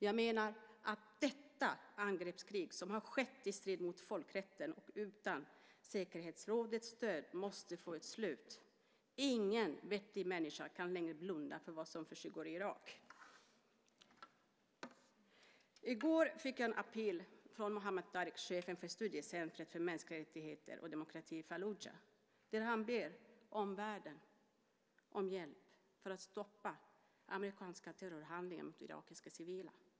Jag menar att detta angreppskrig, som skett i strid mot folkrätten och utan säkerhetsrådets stöd, måste få ett slut. Ingen vettig människa kan längre blunda för vad som försiggår i Irak. I går fick jag en appell från Muhammed Tareq, chefen för Studiecentret för mänskliga rättigheter i Falluja. I den ber han omvärlden om hjälp för att stoppa amerikanska terrorhandlingar mot irakiska civila.